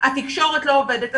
התקשורת לא עובדת.